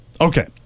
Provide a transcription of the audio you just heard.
Okay